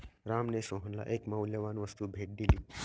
रामने सोहनला एक मौल्यवान वस्तू भेट दिली